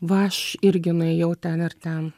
va aš irgi nuėjau ten ir ten